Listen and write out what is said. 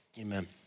amen